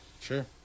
Sure